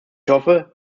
hoffe